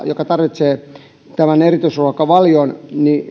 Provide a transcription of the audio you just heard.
joka tarvitsee tämän erityisruokavalion